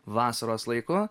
vasaros laiku